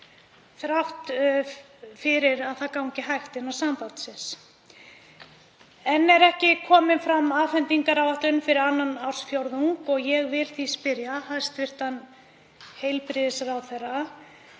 þrátt fyrir að hægt gangi innan sambandsins. Enn er ekki komin fram afhendingaráætlun fyrir annan ársfjórðung og ég vil því spyrja hæstv. heilbrigðisráðherra: